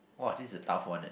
!wah! this a tough one eh